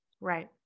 Right